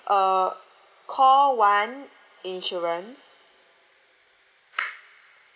uh call one insurance